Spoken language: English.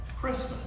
Christmas